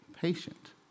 patient